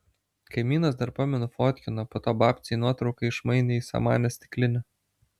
kaimynas dar pamenu fotkino po to babcei nuotrauką išmainė į samanės stiklinę